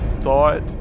thought